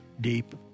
deep